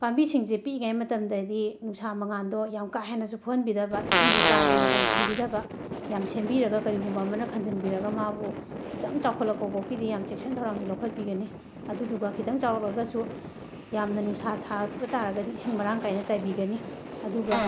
ꯄꯥꯟꯕꯤꯁꯤꯡꯁꯦ ꯄꯤꯛꯂꯤꯉꯩ ꯃꯇꯝꯗꯗꯤ ꯅꯨꯡꯁꯥ ꯃꯉꯥꯟꯗꯣ ꯌꯥꯝꯅ ꯀꯥ ꯍꯦꯟꯅꯁꯨ ꯐꯨꯍꯟꯕꯤꯗꯕ ꯏꯁꯤꯡꯁꯨ ꯀꯥ ꯍꯦꯟꯅ ꯆꯥꯏꯁꯤꯟꯕꯤꯗꯕ ꯌꯥꯝꯅ ꯁꯦꯝꯕꯤꯔꯒ ꯀꯔꯤꯒꯨꯝꯕ ꯑꯃꯅ ꯈꯟꯖꯟꯕꯤꯔꯒ ꯃꯥꯕꯨ ꯈꯤꯇꯪ ꯆꯥꯎꯈꯠꯂꯛꯄ ꯐꯥꯎꯒꯤꯗꯤ ꯌꯥꯝꯅ ꯆꯦꯛꯁꯤꯟ ꯊꯧꯔꯥꯡꯁꯦ ꯂꯧꯈꯠꯄꯤꯒꯅꯤ ꯑꯗꯨꯗꯨꯒ ꯈꯤꯇꯪ ꯆꯥꯎꯔꯛꯂꯒꯁꯨ ꯌꯥꯝꯅ ꯅꯨꯡꯁꯥ ꯁꯥꯔꯛꯄ ꯇꯥꯔꯒꯗꯤ ꯏꯁꯤꯡ ꯃꯔꯥꯡ ꯀꯥꯏꯅ ꯆꯥꯏꯕꯤꯒꯅꯤ ꯑꯗꯨꯒ